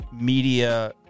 media